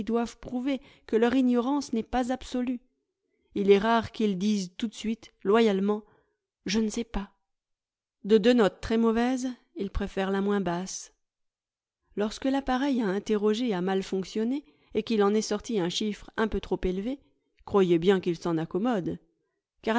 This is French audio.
doivent prouver que leur ignorance n'est pas absolue il est rare qu'ils disent tout de suite loyalement je ne sais pas de deux notes très mauvaises ils préfèrent la moins basse lorsque l'appareil à interroger a mal fonctionné et qu'il en est sorti un chiffre un peu trop élevé croyez bien qu'ils s'en accommodent